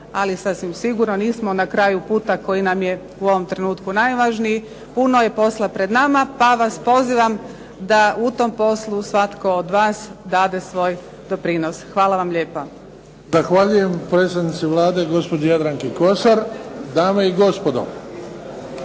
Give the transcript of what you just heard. ali sasvim sigurno nismo na kraju puta koji nam je u ovom trenutku najvažniji. Puno je posla pred nama pa vas pozivam da u tom poslu svatko od vas dade svoj doprinos. Hvala vam lijepa. **Bebić, Luka (HDZ)** Zahvaljujem predsjednici Vlade, gospođi Jadranki Kosor. Dame i gospodo